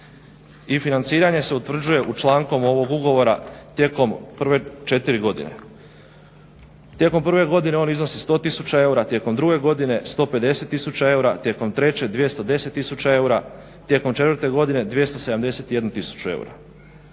i financiranje se utvrđuje u članku ovog ugovora tijekom prve četiri godine. Tijekom prve godine on iznosi 100 tisuća eura, tijekom druge godine 150 tisuća godine, tijekom treće 210 tisuća eura, tijekom četvrte godine 271 tisuću eura.